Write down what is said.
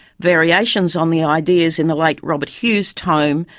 variations on the ideas in the late robert hughes' tome,